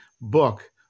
book